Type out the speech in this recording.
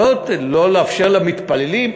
זה לא לאפשר למתפללים,